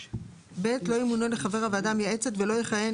(ב) לא ימונה לחבר הוועדה המייעצת ולא יכהן